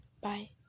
Bye